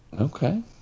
Okay